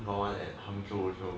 for one at 杭州 also